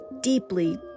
deeply